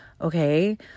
okay